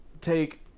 take